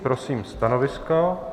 Prosím stanovisko.